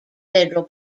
federal